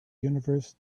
universe